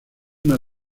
una